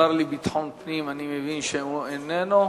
השר לביטחון פנים, אני מבין שהוא איננו.